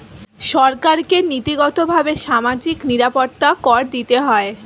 সরকারকে নীতিগতভাবে সামাজিক নিরাপত্তা কর দিতে হয়